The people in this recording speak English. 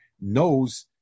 knows